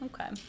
Okay